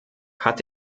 hat